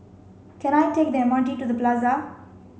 can I take the M R T to the Plaza